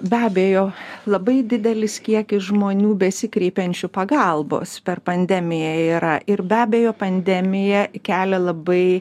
be abejo labai didelis kiekis žmonių besikreipiančių pagalbos per pandemiją yra ir be abejo pandemija kelia labai